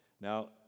Now